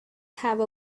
have